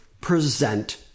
present